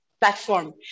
platform